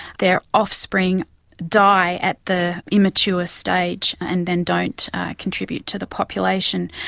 their offspring die at the immature stage and then don't contribute to the population.